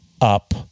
up